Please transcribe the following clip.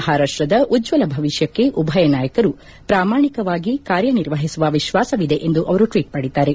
ಮಹಾರಾಷ್ಟದ ಉಜ್ತಲ ಭವಿಷ್ಣಕ್ಕೆ ಉಭಯ ನಾಯಕರು ಪ್ರಾಮಾಣಿಕವಾಗಿ ಕಾರ್ಯನಿರ್ವಹಿಸುವ ವಿಶ್ವಾಸವಿದೆ ಎಂದು ಅವರು ಟ್ವೀಟ್ ಮಾಡಿದ್ದಾರೆ